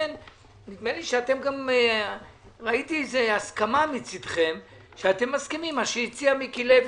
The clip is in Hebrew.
נדמה לי שראיתי איזו הסכמה מצדכם שאתם מסכימים למה שהציע מיקי לוי,